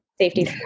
safety